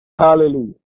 Hallelujah